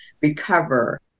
recover